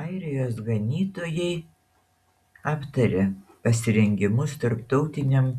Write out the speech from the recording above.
airijos ganytojai aptarė pasirengimus tarptautiniam